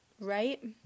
Right